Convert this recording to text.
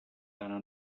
deiner